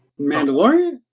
Mandalorian